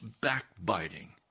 Backbiting